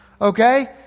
Okay